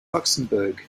luxembourg